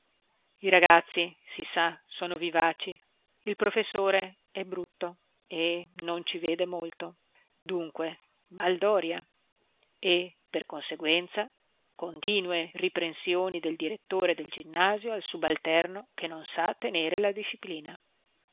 i ragazzi si sa sono vivaci il professore è brutto e non ci vede molto dunque baldoria e per conseguenza continue riprensioni del direttore del ginnasio al subalterno che non sa tenere la disciplina